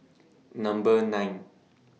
Number nine